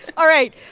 all right.